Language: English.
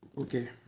okay